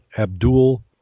Abdul